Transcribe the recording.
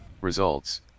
Results